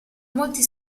molti